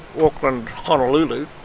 Auckland-Honolulu